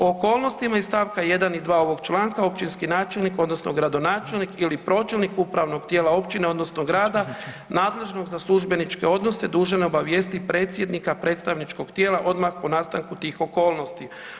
O okolnostima iz stavka 1. i 2. ovog članka općinski načelnik odnosno gradonačelnik ili pročelnik upravnog tijela općine odnosno grada nadležnog za službeničke odnose dužan je obavijestiti predsjednika predstavničkog tijela odmah po nastanku tih okolnosti.